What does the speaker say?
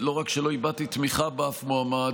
לא רק שלא הבעתי תמיכה באף מועמד,